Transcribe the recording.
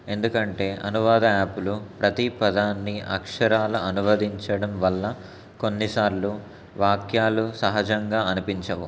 ఎందుకంటే అనువాద యాప్లు ప్రతి పదాన్ని అక్షరాల అనువదించడం వల్ల కొన్నిసార్లు వాక్యాలు సహజంగా అనిపించవు